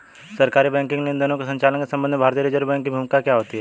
सरकारी बैंकिंग लेनदेनों के संचालन के संबंध में भारतीय रिज़र्व बैंक की भूमिका क्या होती है?